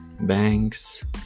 banks